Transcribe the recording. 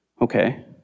Okay